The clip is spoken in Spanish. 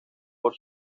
por